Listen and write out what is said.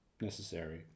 necessary